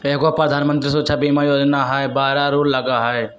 एगो प्रधानमंत्री सुरक्षा बीमा योजना है बारह रु लगहई?